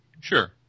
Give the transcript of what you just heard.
Sure